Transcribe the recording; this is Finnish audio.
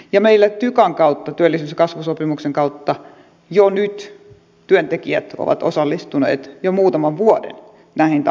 ja meillä tykan kautta työllisyys ja kasvusopimuksen kautta työntekijät ovat osallistuneet jo nyt muutaman vuoden näihin talkoisiin